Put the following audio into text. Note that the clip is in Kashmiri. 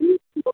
ٹھیٖک چھِو